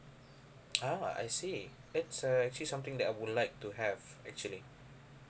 ah I see it's a actually something that I would like to have actually